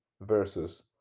versus